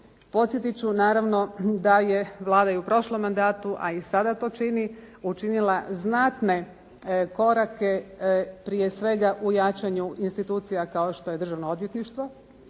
Podsjetit ću naravno da je Vlada i u prošlom mandatu, a i sada to čini učinila znatne korake prije svega u jačanju institucija kao što je državno odvjetništvo,